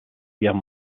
guerre